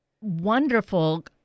wonderful